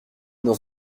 dans